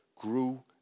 grew